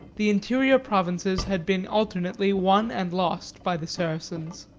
the interior provinces had been alternately won and lost by the saracens.